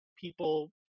people